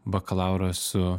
bakalaurą su